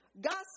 gossip